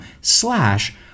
slash